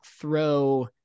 throw